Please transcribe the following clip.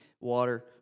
Water